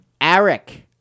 Eric